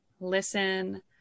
listen